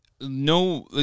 No